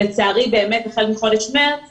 לצערי, החל מחודש מרץ